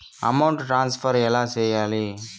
amount transfer ఎలా సేయాలి